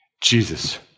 Jesus